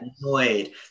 annoyed